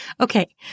Okay